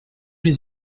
les